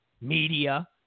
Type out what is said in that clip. media